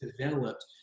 developed